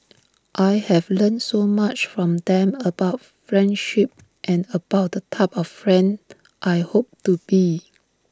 I have learnt so much from them about friendship and about the type of friend I hope to be